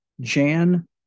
Jan